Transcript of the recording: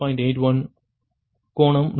81 கோணம் 108